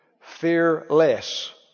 Fearless